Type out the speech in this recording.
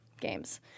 games